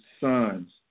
sons